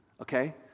okay